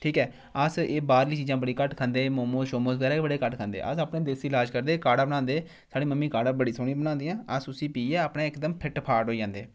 ठीक ऐ अस एह् बाह्रली चीज़ां बड़ी घट्ट खंदे मोमस शोमस बगैरा बी बड़े घट्ट खंदे अस अपने देसी लाज करदे काड़ा बनांदे साढ़ी मम्मी काढ़ा बड़ी सोह्नी बनांदियां अस उसी पियै अपने इकदम फिट्ट फाट होई जंदे